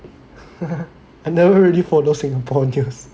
I never really follow Singapore news